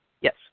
Yes